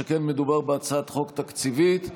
שכן מדובר בהצעת חוק תקציבית.